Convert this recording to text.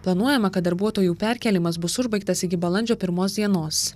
planuojama kad darbuotojų perkėlimas bus užbaigtas iki balandžio pirmos dienos